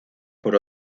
por